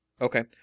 Okay